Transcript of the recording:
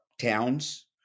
towns